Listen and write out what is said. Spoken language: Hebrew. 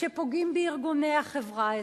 שפוגעים בארגוני החברה האזרחית,